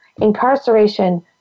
incarceration